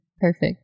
perfect